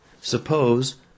suppose